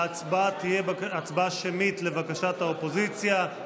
ההצבעה תהיה הצבעה שמית, לבקשת האופוזיציה.